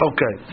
Okay